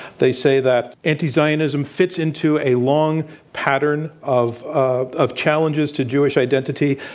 they say that anti-zionism fits into a long pattern of ah of challenges to jewish identity.